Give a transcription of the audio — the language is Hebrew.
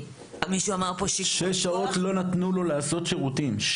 מישהו אמר פה --- שש שעות לא נתנו לו להיכנס שירותים.